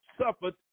suffered